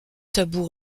tabous